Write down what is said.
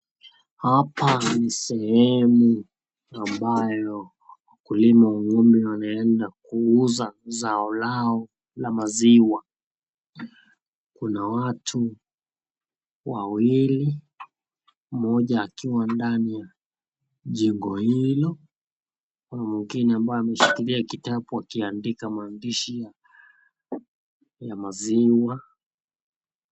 Hapa ni sehemu ambayo wakulima wa ng'ombe wameenda kuuza zao lao la mazwa. Kuna watu wawawili, mmoja akiwa ndani ya jengo hilo na mwingine ambaye ameshikilia kitabu akiandika maandishi ya maziwa.